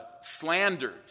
slandered